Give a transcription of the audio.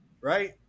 Right